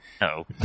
No